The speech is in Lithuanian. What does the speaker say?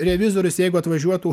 revizorius jeigu atvažiuotų